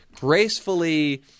gracefully